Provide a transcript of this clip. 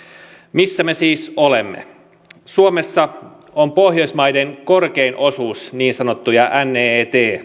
missä me siis olemme suomessa on pohjoismaiden korkein osuus niin sanottuja neet